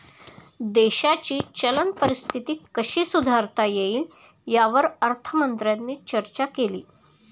देशाची चलन परिस्थिती कशी सुधारता येईल, यावर अर्थमंत्र्यांनी चर्चा केली